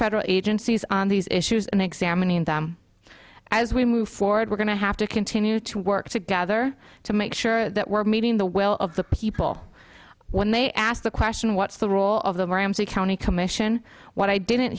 federal agencies on these issues and examining them as we move forward we're going to have to continue to work together to make sure that we're meeting the will of the people when they ask the question what's the role of the ramsey county commission what i didn't